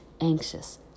anxious